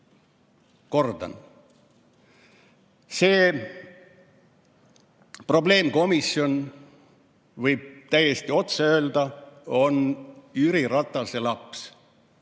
Kordan: see probleemkomisjon, võib täiesti otse öelda, on Jüri Ratase laps.